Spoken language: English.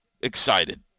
excited